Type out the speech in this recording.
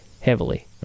heavily